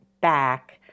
back